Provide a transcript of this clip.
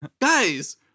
Guys